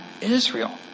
Israel